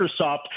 Microsoft